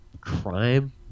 crime